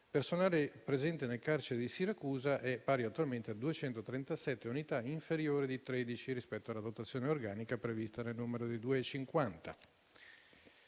personale presente nel carcere di Siracusa è pari attualmente a 237 unità, inferiore di 13 rispetto alla dotazione organica prevista in numero di 250.